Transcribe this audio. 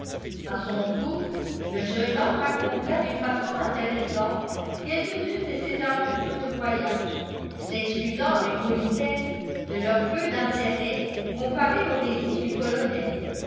a son tour le jeune homme raconta d'une façon intéressante quelques-unes de ses aventures de voyages s'excusant avec politesse de leur peu d'intérêt comparés aux récits du colonel